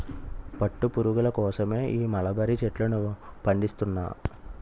పట్టు పురుగుల కోసమే ఈ మలబరీ చెట్లను పండిస్తున్నా